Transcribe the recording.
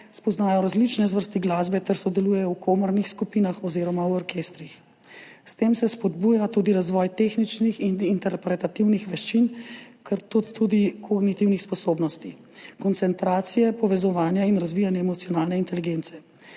spoznajo različne zvrsti glasbe ter sodelujejo v komornih skupinah oziroma v orkestrih. S tem se spodbuja tudi razvoj tehničnih in interpretativnih veščin ter tudi kognitivnih sposobnosti, koncentracije, povezovanja in razvijanja emocionalne inteligence.